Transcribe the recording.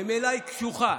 ממילא היא קשוחה.